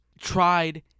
tried